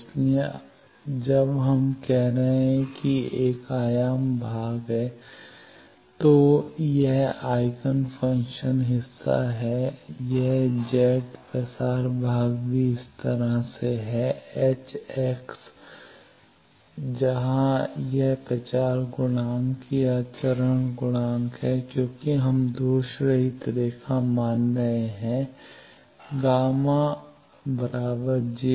इसलिए जब हम कह रहे हैं कि एक आयाम भाग है तो यह आईगन फ़ंक्शन हिस्सा है यह Z प्रसार भाग भी इस तरह से है जहां यह प्रसार गुणांक या चरण गुणांक है क्योंकि हम दोषरहित रेखा मान रहे हैं γ jβ